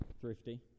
thrifty